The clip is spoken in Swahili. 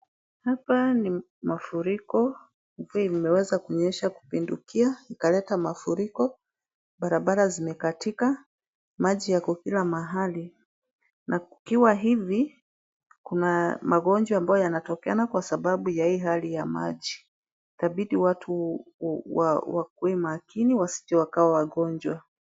Hapa ni mafuriko. Mvua imeweza kunyesha kupindukia ikaleta mafuriko. Barabara zimekatika. Maji yako kila mahali na kukiwa hivi kuna magonjwa ambayo yanatokeana kwa sababu ya hii hali ya maji. Itabidi watu wakuwe makini wasije wakawa wagonjwa.